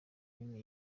filime